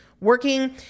working